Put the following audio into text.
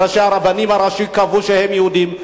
הרבנים הראשיים קבעו שהם יהודים,